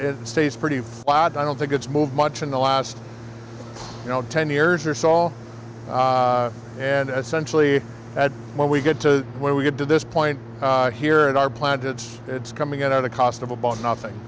it stays pretty flat i don't think it's moved much in the last ten years or so all and centrally at what we get to where we get to this point here in our plant it's it's coming out of the cost of about nothing